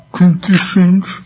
Conditions